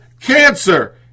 cancer